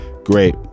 Great